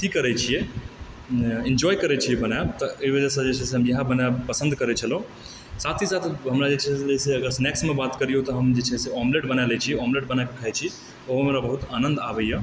अथि करै छिऐ एन्जॉय करै छिऐ मने तऽ एहि वजह जे छै से इहे बनाएब पसन्द करै छलहुँ साथ ही साथ हमरा जे छै से अगर स्नैक्समे बात करिऔ तऽ हम जे छी से ऑमलेट बनाए लए छिऐ ऑमलेट बनाए कऽ खाइ छी ओहूमे हमरा बहुत आनन्द आबैए